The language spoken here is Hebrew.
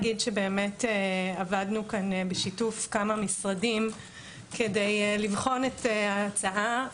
עבדנו כאן בשיתוף כמה משרדים כדי לבחון את ההצעה,